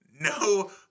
No